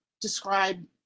describe